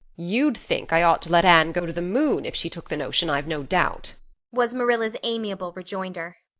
you'd think i ought to let anne go to the moon if she took the notion, i've no doubt was marilla's amiable rejoinder.